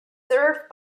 served